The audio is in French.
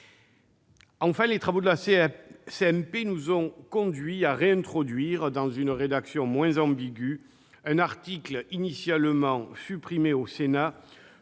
Les travaux de la CMP nous ont enfin conduits à réintroduire, dans une rédaction moins ambiguë, un article initialement supprimé au Sénat,